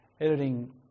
editing